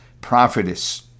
prophetess